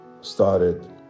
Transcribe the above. started